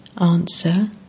Answer